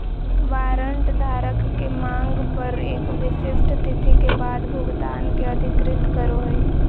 warrant धारक के मांग पर एगो विशिष्ट तिथि के बाद भुगतान के अधिकृत करो हइ